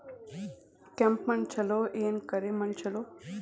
ಕೆಂಪ ಮಣ್ಣ ಛಲೋ ಏನ್ ಕರಿ ಮಣ್ಣ ಛಲೋ?